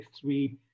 three